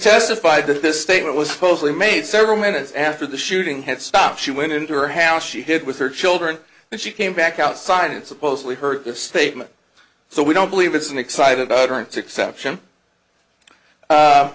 testified that this statement was supposedly made several minutes after the shooting had stopped she went into her house she hid with her children and she came back outside and supposedly heard this statement so we don't believe it's an excited utterance exception